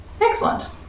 Excellent